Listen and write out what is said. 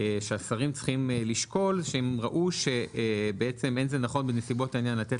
שהשרים צריכים לשקול שהם ראו שאין זה נכון בנסיבות העניין לתת